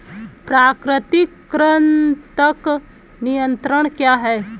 प्राकृतिक कृंतक नियंत्रण क्या है?